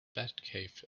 batcave